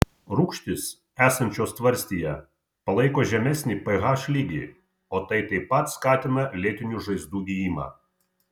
rūgštys esančios tvarstyje palaiko žemesnį ph lygį o tai taip pat skatina lėtinių žaizdų gijimą